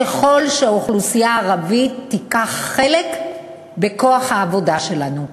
ככל שהאוכלוסייה הערבית תיקח חלק בכוח העבודה שלנו,